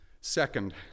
Second